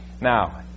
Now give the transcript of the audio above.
Now